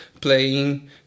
playing